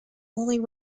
only